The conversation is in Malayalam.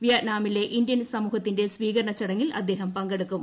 വിയ്റ്റ്നാമിലെ ഇന്ത്യൻ സമൂഹത്തിന്റെ സ്വീകരണ ചടങ്ങിൽ അദ്ദേഹം പങ്കെടുക്കും